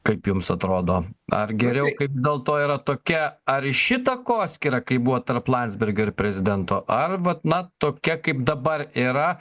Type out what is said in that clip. kaip jums atrodo ar geriau kaip dėl to yra tokia ar ši takoskyra kai buvo tarp landsbergio ir prezidento ar vat na tokia kaip dabar yra